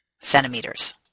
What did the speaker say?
Centimeters